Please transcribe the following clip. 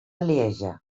lieja